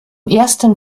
ersten